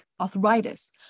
arthritis